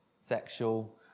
sexual